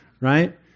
right